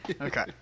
Okay